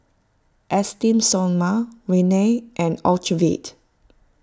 Esteem Stoma Rene and Ocuvite